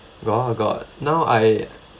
got ah got now I